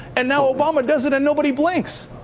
and now obama does it, and nobody blinks.